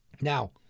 Now